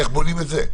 איך בונים את זה?